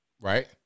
Right